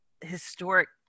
historic